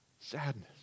sadness